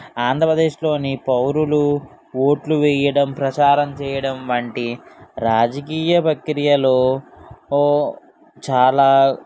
ఆంధ్రప్రదేశ్ లోని పౌరులు ఓట్లు వేయడం ప్రచారం చేయడం వంటి రాజకీయ ప్రక్రియలో చాలా